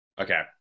Okay